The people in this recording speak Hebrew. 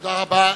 תודה רבה.